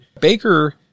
Baker